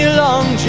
long